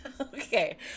Okay